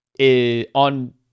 on